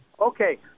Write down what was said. Okay